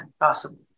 awesome